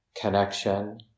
connection